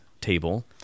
table